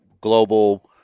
global